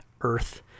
Earth